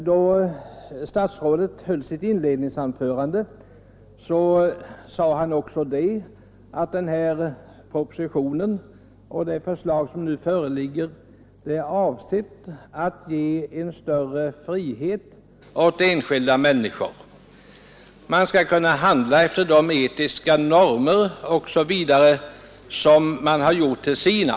Då statsrådet höll sitt inledningsanförande sade han också att det förslag som nu föreligger är avsett att ge en större frihet åt enskilda människor. Man skall kunna handla efter de etiska normer osv. som man har gjort till sina.